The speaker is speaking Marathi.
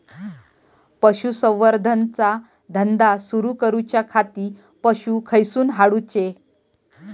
पशुसंवर्धन चा धंदा सुरू करूच्या खाती पशू खईसून हाडूचे?